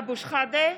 אדלשטיין,